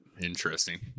interesting